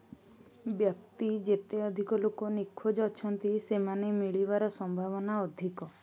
ବ୍ୟକ୍ତି ଯେତେ ଅଧିକ ଲୋକ ନିଖୋଜ ଅଛନ୍ତି ସେମାନେ ମିଳିବାର ସମ୍ଭାବନା ଅଧିକ